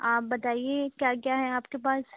آپ بتائیے کیا کیا ہے آپ کے پاس